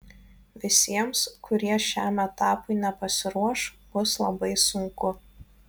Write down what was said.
visiems kurie šiam etapui nepasiruoš bus labai sunku